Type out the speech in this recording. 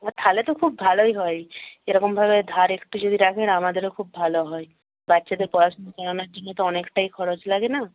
তাহলে তো খুব ভালোই হয় এরকমভাবে ধার একটু যদি রাখেন আমাদেরও খুব ভালো হয় বাচ্চাদের পড়াশোনার অনেকটাই খরচ লাগে না